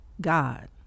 God